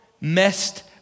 messed